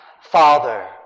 Father